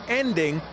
ending